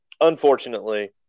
unfortunately